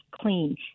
clean